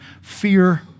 fear